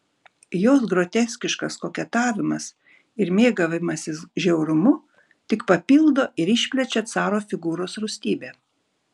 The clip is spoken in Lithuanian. jos groteskiškas koketavimas ir mėgavimasis žiaurumu tik papildo ir išplečia caro figūros rūstybę